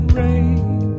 rain